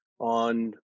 on